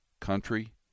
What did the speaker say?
country